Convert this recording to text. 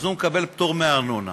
מקבל פטור מארנונה